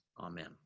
Amen